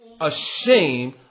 ashamed